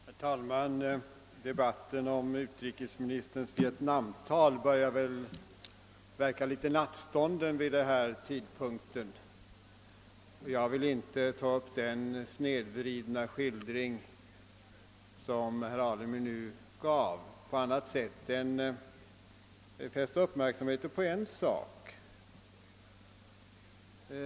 Herr talman! Debatten om utrikesministerns Vietnamtal börjar väl verka litet nattstånden vid den här tidpunkten, och jag vill inte ta upp den snedvridna skildring som herr Alemyr nu gav annat än genom att fästa uppmärksamheten på en sak.